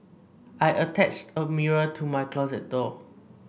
I attached a mirror to my closet door